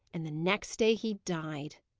and the next day he died.